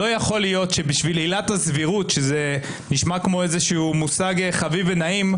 לא יכול להיות שבשביל עילת הסבירות שזה נשמע כמו מושג חביב ונעים,